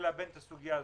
ללבן את הסוגיה הזאת.